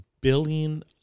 billion